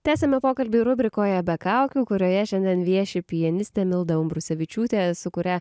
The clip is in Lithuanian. tęsiame pokalbį rubrikoje be kaukių kurioje šiandien vieši pianistė milda umbrosevičiūtė su kuria